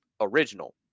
original